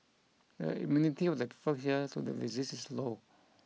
the immunity of the people here to the disease is low